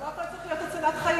אבל לא הכול צריך להיות הצלת חיים.